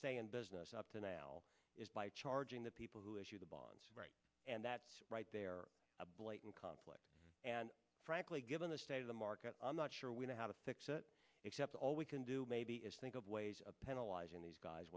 stay in business up to now is by charging the people who issue the bonds and that right there a blatant conflict and frankly given the state of the market i'm not sure we know how to fix it except all we can do maybe is think of ways penalize in these guys